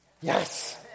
Yes